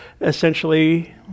essentially